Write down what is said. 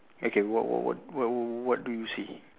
okay what what what what what what do you see